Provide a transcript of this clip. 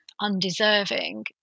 undeserving